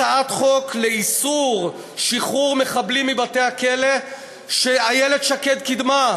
הצעת חוק לאיסור שחרור מחבלים מבתי-הכלא שאיילת שקד קידמה,